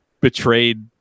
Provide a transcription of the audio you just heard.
betrayed